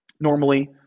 Normally